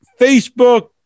Facebook